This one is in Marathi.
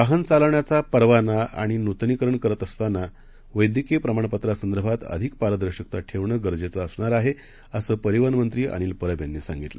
वाहनचालवण्याचापरवानाआणिनूतनीकरणकरतानावैद्यकीयप्रमाणपत्रासंदर्भातअधिकपारदर्शकताठेवणंगरजेचंअसणारआहे असंपरिवहनमंत्रीअनिलपरबयांनीसांगितलं